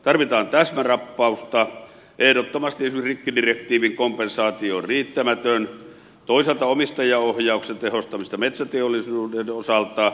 tarvitaan täsmärappausta ehdottomasti esimerkiksi rikkidirektiivin kompensaatio on riittämätön ja toisaalta omistajaohjauksen tehostamista metsäteollisuuden osalta